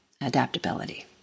adaptability